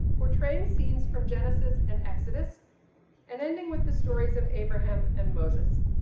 portraying scenes from genesis and exodus and ending with the stories of abraham and moses.